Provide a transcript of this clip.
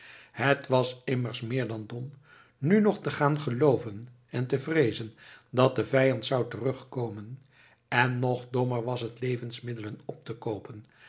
het was immers meer dan dom nu nog te gaan gelooven en te vreezen dat de vijand zou terugkomen en nog dommer was het levensmiddelen op te koopen